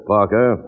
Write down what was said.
Parker